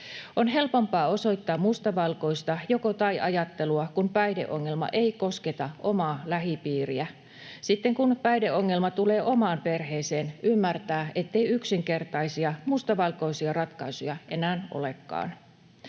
On helpompaa osoittaa mustavalkoista joko—tai-ajattelua, kun päihdeongelma ei kosketa omaa lähipiiriä. Sitten kun päihdeongelma tulee omaan perheeseen, ymmärtää, ettei yksinkertaisia mustavalkoisia ratkaisuja enää olekaan.